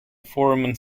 foramen